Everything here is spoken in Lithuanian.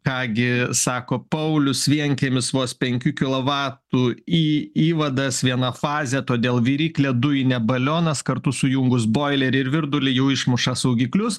ką gi sako paulius vienkiemis vos penkių kilovatų į įvadas viena fazė todėl viryklė dujinė balionas kartu sujungus boilerį ir virdulį jau išmuša saugiklius